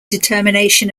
determination